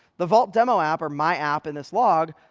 the vault demo app, or my app in this log,